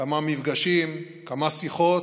כמה מפגשים, כמה שיחות,